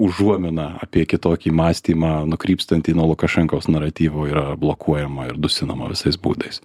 užuomina apie kitokį mąstymą nukrypstantį nuo lukašenkos naratyvo yra blokuojama ir dusinama visais būdais